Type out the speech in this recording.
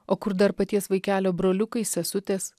o kur dar paties vaikelio broliukai sesutės